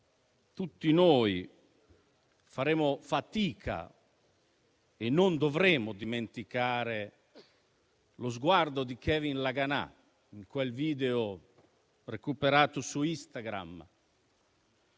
tutti noi faremo fatica e non dovremo dimenticare lo sguardo di Kevin Laganà in quel video recuperato su Instagram.